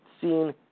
seen